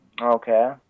okay